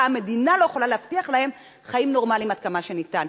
המדינה לא יכולה להבטיח להם חיים נורמליים עד כמה שניתן.